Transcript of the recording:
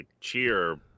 cheer